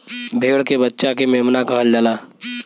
भेड़ के बच्चा के मेमना कहल जाला